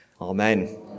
Amen